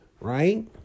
right